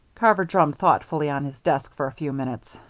carver drummed thoughtfully on his desk for a few minutes.